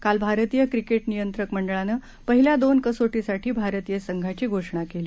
कालभारतीयक्रकेटनियंत्रकमंडळानंपहिल्यादोनकसोटींसाठीभारतीयसंघाचीघोषणाकेली